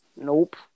nope